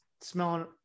smelling